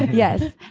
yes,